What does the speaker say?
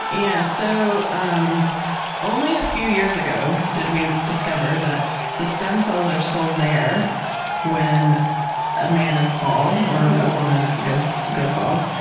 yeah so um only a few years ago did we discover that the stem cells are still there when a man is bald or a woman goes goes bald.